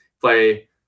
Play